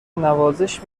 نوازش